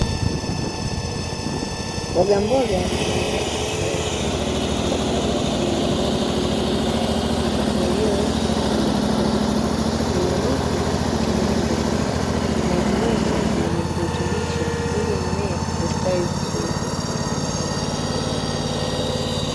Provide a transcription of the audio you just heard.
Mboga mboga zenye rangi tofauti zimepandwa kwenye mabomba meupe marefu yaliyowekwa kwa makundi. Kilimo hiki hakitumii udongo ,kinatumia maji yenye virutubisho ili mmea kustawi vizuri.